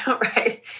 Right